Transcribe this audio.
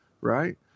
right